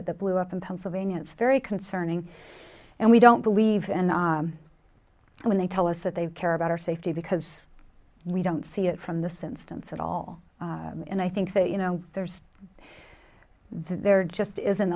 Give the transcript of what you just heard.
it that blew up in pennsylvania it's very concerning and we don't believe when they tell us that they care about our safety because we don't see it from this instance at all and i think that you know there's there just isn't